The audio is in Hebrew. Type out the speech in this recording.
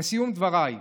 לסיום דבריי,